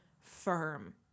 firm